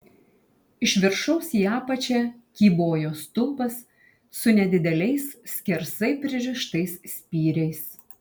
iš viršaus į apačią kybojo stulpas su nedideliais skersai pririštais spyriais